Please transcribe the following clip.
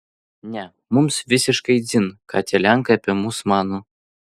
ne mums visiškai dzin ką tie lenkai apie mus mano